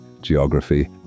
geography